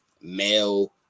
male –